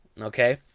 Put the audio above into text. Okay